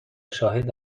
شاهد